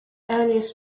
earliest